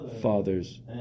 father's